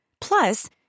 Plus